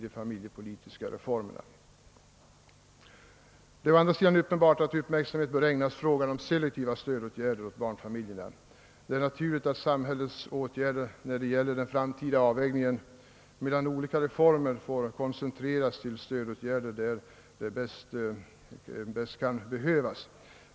Det är å andra sidan också uppenbart att uppmärksamhet bör ägnas frågan om selektiva stödåtgärder åt barnfamiljerna. Det är naturligt att samhällets åtgärder när det gäller den framtida avvägningen mellan olika reformer får koncentreras till att vidta stödåtgärder där sådana bäst kan behövas.